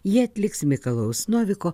ji atliks mikalojaus noviko